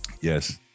Yes